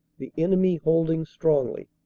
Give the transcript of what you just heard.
the enemy holding strongly.